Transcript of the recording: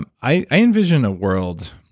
and i i envision a world,